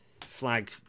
flag